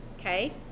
okay